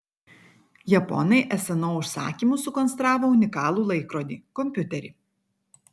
japonai sno užsakymu sukonstravo unikalų laikrodį kompiuterį